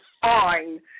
fine